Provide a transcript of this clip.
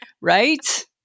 Right